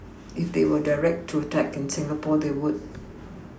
if they were directed to attack in Singapore they would